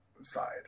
side